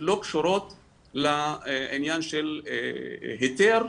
לא קשורות לעניין של היתר